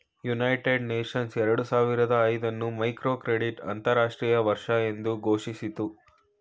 United Nations ಎರಡು ಸಾವಿರದ ಐದು ಅನ್ನು ಮೈಕ್ರೋಕ್ರೆಡಿಟ್ ಅಂತರಾಷ್ಟ್ರೀಯ ವರ್ಷ ಎಂದು ಘೋಷಿಸಿತು